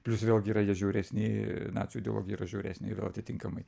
plius vėlgi yra jie žiauresni nacių ideologija yra žiauresnė atitinkamai